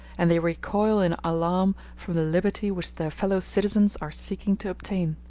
and they recoil in alarm from the liberty which their fellow-citizens are seeking to obtain.